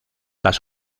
las